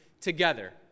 together